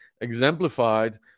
exemplified